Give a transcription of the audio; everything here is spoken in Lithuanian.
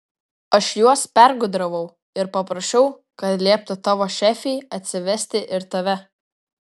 aš juos pergudravau ir paprašiau kad lieptų tavo šefei atsivesti ir tave